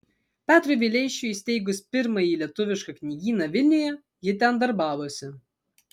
petrui vileišiui įsteigus pirmąjį lietuvišką knygyną vilniuje ji ten darbavosi